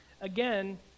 Again